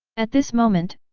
at this moment,